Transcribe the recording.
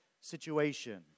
situation